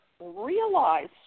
realize